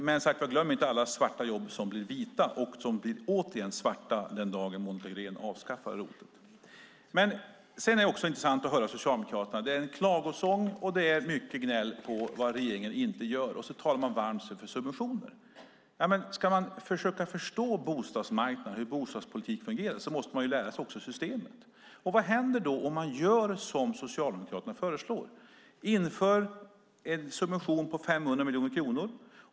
Men som sagt, glöm inte alla svarta jobb som blir vita och som åter kommer att bli svarta den dag Monica Green avskaffar ROT-avdraget! Det är intressant att höra Socialdemokraterna. Det är klagosång och gnäll på vad regeringen inte gör, och man talar sig varm för subventioner. Ska man försöka förstå bostadsmarknaden och hur bostadspolitik fungerar måste man lära sig systemet. Vad händer om man gör som Socialdemokraterna föreslår och inför en subvention på 500 miljoner kronor?